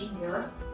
years